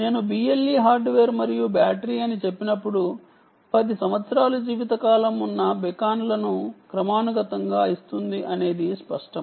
నేను BLE hardware మరియు battery అని చెప్పినప్పుడు పది సంవత్సరాలు జీవితకాలం ఉన్న బీకాన్ లను క్రమానుగతంగా ఇస్తుంది అనేది స్పష్టం